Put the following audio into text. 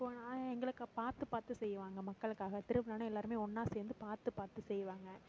நான் எங்களுக்கு பார்த்து பார்த்து செய்வாங்க மக்களுக்காக திருவிழான்னால் எல்லாருமே ஒன்றா சேர்ந்து பார்த்து பார்த்து செய்வாங்க